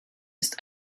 ist